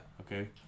Okay